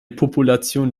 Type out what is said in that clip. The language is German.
population